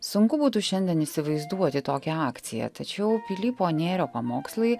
sunku būtų šiandien įsivaizduoti tokią akciją tačiau pilypo nėrio pamokslai